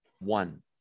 one